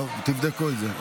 טוב, תבדקו את זה.